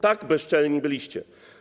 Tak bezczelni byliście.